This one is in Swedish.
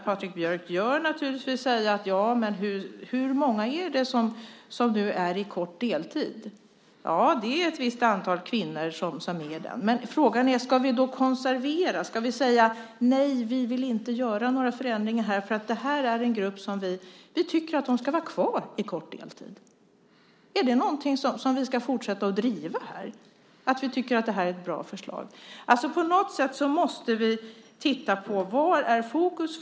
Patrik Björck kan naturligtvis undra hur många som befinner sig i kort deltid. Ja, det är ett antal kvinnor som är där. Men ska vi då konservera det hela? Ska vi säga att vi inte vill göra förändringar eftersom det är en grupp som vi tycker ska vara kvar i kort deltid? Ska vi fortsätta att driva att det skulle vara ett bra förslag? Vi måste titta på vad som är fokus.